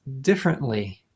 differently